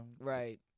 Right